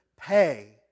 pay